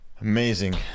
amazing